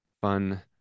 fun